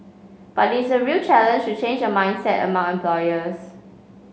but it's a real challenge to change a mindset among employers